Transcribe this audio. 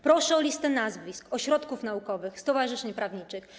Proszę o listę nazwisk, ośrodków naukowych, stowarzyszeń prawniczych.